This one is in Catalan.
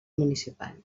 municipal